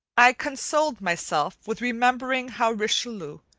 i consoled myself with remembering how richelieu,